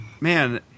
Man